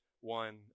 one